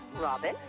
Robin